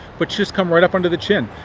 but just come right up under the chin.